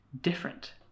different